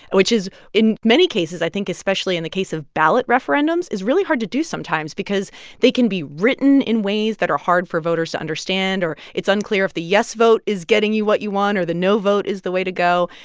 and which is in many cases, i think especially in the case of ballot referendums, is really hard to do sometimes because they can be written in ways that are hard for voters to understand. or it's unclear if the yes vote is getting you what you want or the no vote is the way to go.